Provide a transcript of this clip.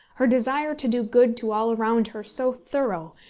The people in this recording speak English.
her desire to do good to all around her so thorough,